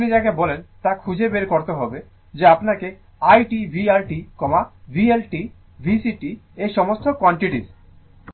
সুতরাং আপনি যাকে বলেন তা খুঁজে বের করতে হবে যে আপনার i t vR t VL t VC t এই সমস্ত কোয়ান্টিটিস